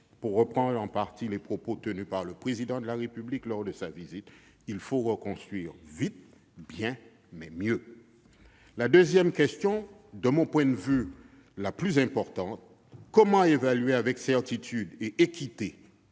Pour reprendre en partie les propos tenus par le Président de la République lors de sa visite, il faut reconstruire vite, bien, mais mieux. Deuxièmement- de mon point de vue, c'est la question la plus importante -, comment évaluer avec certitude et équité